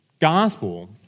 gospel